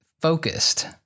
focused